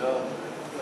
סעיף 1